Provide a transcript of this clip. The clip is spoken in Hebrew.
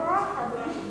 אדלשטיין